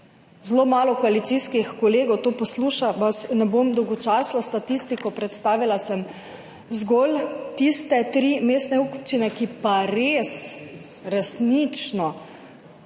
zelo malo koalicijskih kolegov, vas ne bom dolgočasila s statistiko. Predstavila sem zgolj tiste tri mestne občine, ki jih res močno